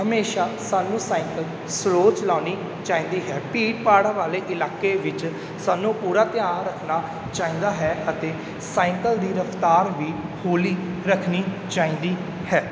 ਹਮੇਸ਼ਾ ਸਾਨੂੰ cycle slow ਚਲਾਉਣੀ ਚਾਹੀਦੀ ਹੈ ਭੀੜ ਭਾੜ ਵਾਲੇ ਇਲਾਕੇ ਵਿੱਚ ਸਾਨੂੰ ਪੂਰਾ ਧਿਆਨ ਰੱਖਣਾ ਚਾਹੀਦਾ ਹੈ ਅਤੇ ਸਾਈਕਲ ਦੀ ਰਫਤਾਰ ਵੀ ਹੌਲੀ ਰੱਖਣੀ ਚਾਹੀਦੀ ਹੈ